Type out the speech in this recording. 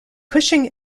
cushing